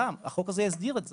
גם החוק הזה יסדיר את זה.